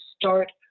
start